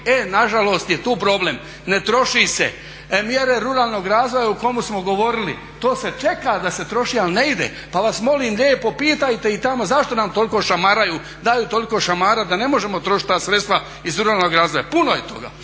E nažalost je tu problem. Ne troši se. Mjere ruralnog razvoja o kome smo govorili, to se čeka da se troši ali ne ide. Pa vas molim lijepo pitajte i tamo zašto nas toliko šamaraju, daju toliko šamara da ne možemo trošiti ta sredstva iz ruralnog razvoja. Puno je toga.